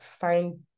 fine